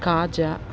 కాజా